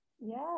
Yes